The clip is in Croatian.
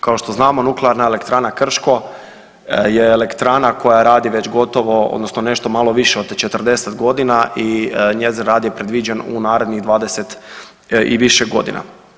Kao što znamo Nuklearna elektrana Krško je elektrana koja radi već gotovo odnosno nešto malo više od 40 godina i njezin rad je predviđen u narednih 20 i više godina.